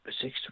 six